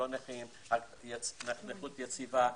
נכות יציבה,